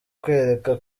kureka